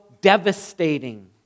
devastating